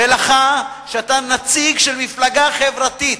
ולך, שאתה נציג של מפלגה חברתית,